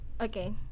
Okay